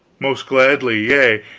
most gladly, yea,